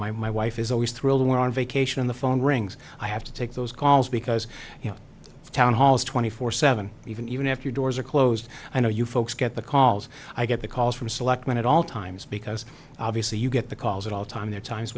my my wife is always thrilled when on vacation the phone rings i have to take those calls because you know the town hall is twenty four seven even even if your doors are closed i know you folks get the calls i get the calls from selectman at all times because obviously you get the calls at all time there are times